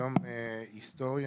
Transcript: יום היסטורי,